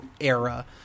era